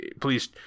please